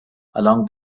along